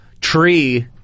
tree